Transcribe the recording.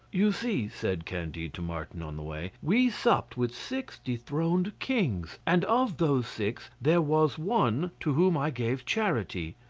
you see, said candide to martin on the way, we supped with six dethroned kings, and of those six there was one to whom i gave charity.